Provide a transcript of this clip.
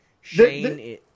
Shane